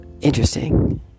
Interesting